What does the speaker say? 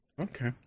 Okay